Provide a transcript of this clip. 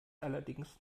allerdings